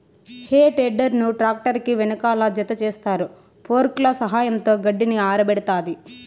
హే tedder ను tractor కి వెనకాల జతచేస్తారు, ఫోర్క్ల సహాయంతో గడ్డిని ఆరబెడతాది